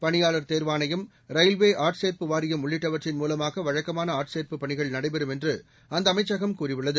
பணியாளர் தேர்வாணையம் ரயில்வே ஆட்சேர்ப்பு வாரியம் உள்ளிட்டவற்றின் மூலமாக வழக்கமான ஆட்சேர்ப்புப் பணிகள் நடைபெறும் என்று அந்த அமைச்சகம் கூறியுள்ளது